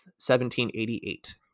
1788